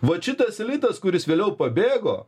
vat šitas elitas kuris vėliau pabėgo